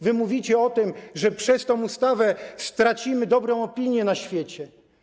Wy mówicie o tym, że przez tę ustawę stracimy dobrą opinię na świecie.